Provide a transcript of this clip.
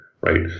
Right